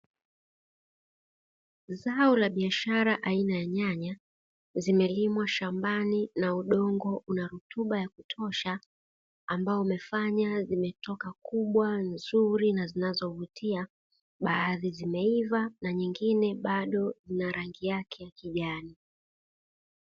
Zao la biashara aina ya nyanya zimelimwa shambani na udongo unarutba ya kutosha, ambao umefanya zimetoka kubwa, nzuri na zinazovutia baadhi zimeiva na nyingine bado zina rangi yake ya kijani.